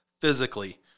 physically